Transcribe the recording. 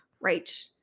Right